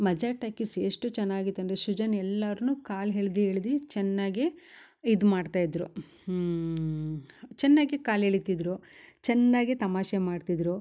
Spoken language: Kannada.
ಮಜಾ ಟಾಕೀಸ್ ಎಷ್ಟು ಚೆನ್ನಾಗಿತಂದರೆ ಸೃಜನ್ ಎಲ್ಲಾರನ್ನು ಕಾಲು ಎಳ್ದು ಎಳ್ದು ಚೆನ್ನಾಗೆ ಇದು ಮಾಡ್ತಾಯಿದ್ದರು ಚೆನ್ನಾಗಿ ಕಾಲು ಎಳಿತಿದ್ದರು ಚೆನ್ನಾಗಿ ತಮಾಷೆ ಮಾಡ್ತಿದ್ದರು